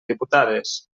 diputades